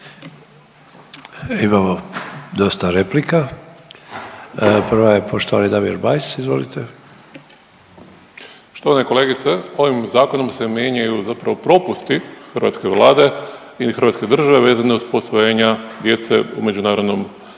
Imamo dosta replika, prva je poštovani Damir Bajs izvolite. **Bajs, Damir (Fokus)** Štovana kolegice, ovom zakonom se mijenjaju zapravo propusti hrvatske Vlade ili hrvatske države vezane uz posvojenja djece u međunarodnom dakle